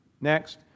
Next